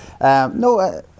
No